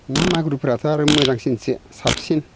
नामागुरफोराथ' आरो मोजांसिनसो साबसिन